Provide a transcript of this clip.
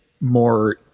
more